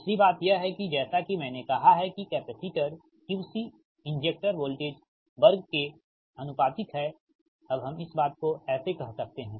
दूसरी बात यह है कि जैसा कि मैंने कहा है कि कैपेसिटरQC इंजेक्टर वोल्टेज वर्ग के आनुपातिक है अब हम इस बात को ऐसे कह सकते हैं